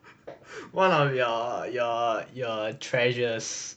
one of your your your treasures